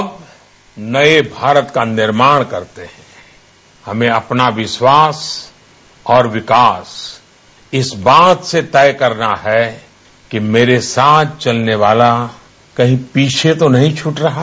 अब नये भारत का निर्माण करते है हमें अपना विश्वास और विकास इस बात से तय करना है कि मेरे साथ चलने वाला कही पीछे तो नहीं छूट रहा